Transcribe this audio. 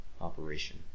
operation